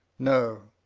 no,